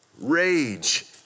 rage